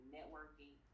Networking